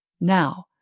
Now